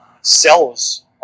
cells